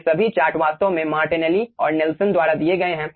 ये सभी चार्ट वास्तव में मार्टिनेली और नेल्सन द्वारा दिए गए हैं